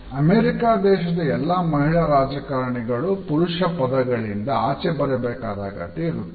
America ದೇಶದ ಎಲ್ಲ ಮಹಿಳಾ ರಾಜಕಾರಣಿಗಳು ಪುರುಷ ಪದಗಳಿಂದ ಆಚೆ ಬರಬೇಕಾದ ಅಗತ್ಯ ಇರುತ್ತದೆ